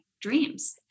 Dreams